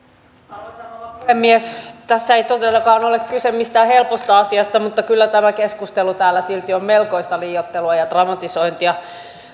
arvoisa rouva puhemies tässä ei todellakaan ole kyse mistään helposta asiasta mutta kyllä tämä keskustelu täällä silti on melkoista liioittelua ja dramatisointia